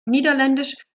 niederländisch